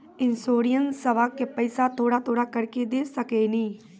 इंश्योरेंसबा के पैसा थोड़ा थोड़ा करके दे सकेनी?